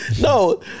no